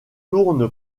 tourne